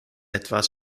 etwas